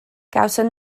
gawson